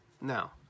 Now